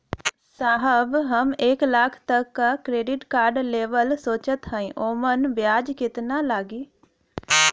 साहब हम एक लाख तक क क्रेडिट कार्ड लेवल सोचत हई ओमन ब्याज कितना लागि?